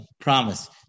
promise